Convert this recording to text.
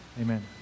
Amen